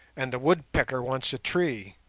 and the woodpecker wants a tree.